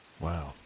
Wow